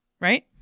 right